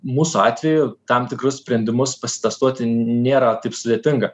mūsų atveju tam tikrus sprendimus pasitestuoti nėra taip sudėtinga